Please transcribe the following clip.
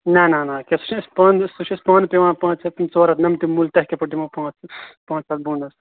نہَ نہَ نہَ پیٚٹھٕ چھُ اسہِ پانس سُہ چھُ اَسہِ پانہٕ پیٚوان پانٛژ ہَتھ ژور ہَتھ نَمتہ مٔلۍ تۅہہِ کِتھٕ پٲٹھۍ دِمہو پانٛژھ ہَتھ پانٛژھ ہَتھ بۅن حظ